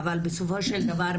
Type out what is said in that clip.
אבל בסופו של דבר,